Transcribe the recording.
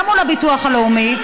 גם מול הביטוח הלאומי,